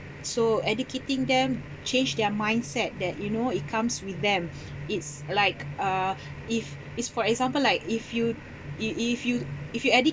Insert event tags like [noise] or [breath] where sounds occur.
so educating them change their mindset that you know it comes with them [breath] it's like uh if it's for example like if you if if you if you educate